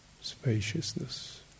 Spaciousness